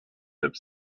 have